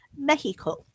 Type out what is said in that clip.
Mexico